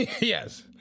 yes